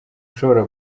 ushobora